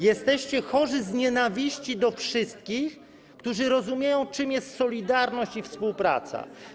Jesteście chorzy z nienawiści do wszystkich, którzy rozumieją, czym jest solidarność i współpraca.